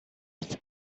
its